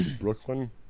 Brooklyn